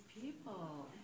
people